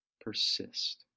persist